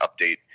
update